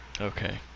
Okay